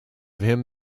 him